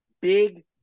big